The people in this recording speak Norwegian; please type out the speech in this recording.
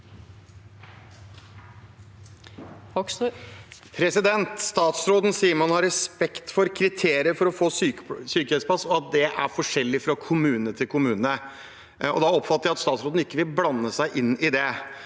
Statsråden sier at man har respekt for kriterier for å få sykehjemsplass, og at det er forskjellig fra kommune til kommune. Da oppfatter jeg det slik at statsråden ikke vil blande seg inn i det,